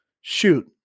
shoot